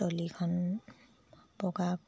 তলিখন পকা